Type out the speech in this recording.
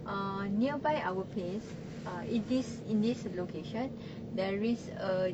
uh nearby our place uh it this in this location there is a